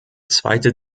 zweite